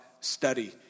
study